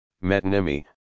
metonymy